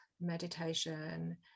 meditation